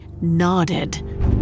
nodded